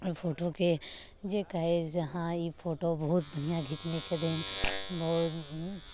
फोटोके जे कहै जे हँ ई फोटो बहुत बढ़िआँ घिचने छथिन बहुत